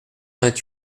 vingt